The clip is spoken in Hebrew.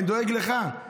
אני דואג לך,